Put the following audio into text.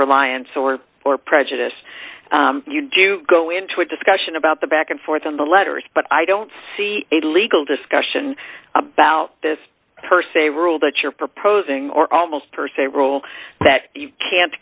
reliance or for prejudice you do go into a discussion about the back and forth on the letters but i don't see a legal discussion about this per se rule that you're proposing or almost per se rule that you can't